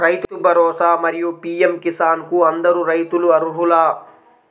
రైతు భరోసా, మరియు పీ.ఎం కిసాన్ కు అందరు రైతులు అర్హులా?